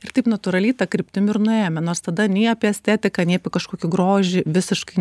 ir taip natūraliai ta kryptim ir nuėjom nors tada nei apie estetiką nei apie kažkokį grožį visiškai